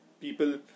people